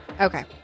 Okay